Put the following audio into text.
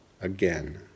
again